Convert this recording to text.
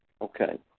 Okay